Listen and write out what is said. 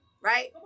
Right